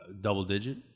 double-digit